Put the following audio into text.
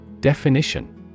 definition